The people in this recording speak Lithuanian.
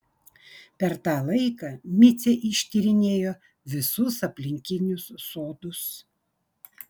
per tą laiką micė ištyrinėjo visus aplinkinius sodus